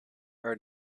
are